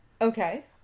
Okay